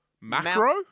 macro